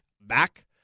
back